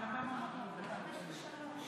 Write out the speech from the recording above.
אבל כפי ששמתם לב,